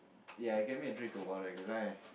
ya get me a drink or water because I